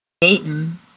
Dayton